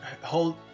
hold